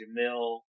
Jamil